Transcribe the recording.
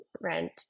rent